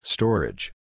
Storage